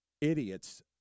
idiots